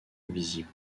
invisible